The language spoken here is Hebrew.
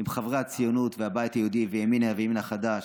עם חברי הציונות והבית היהודי וימינה והימין החדש,